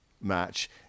match